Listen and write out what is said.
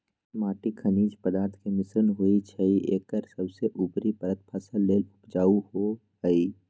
माटी खनिज पदार्थ के मिश्रण होइ छइ एकर सबसे उपरी परत फसल लेल उपजाऊ होहइ